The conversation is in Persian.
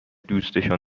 دوستشان